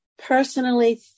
Personally